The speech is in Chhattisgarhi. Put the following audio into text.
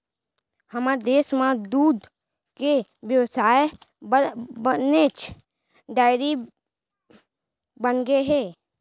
हमर देस म दूद के बेवसाय बर बनेच डेयरी बनगे हे